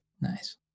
Nice